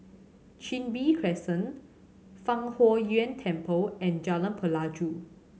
Chin Bee Crescent Fang Huo Yuan Temple and Jalan Pelajau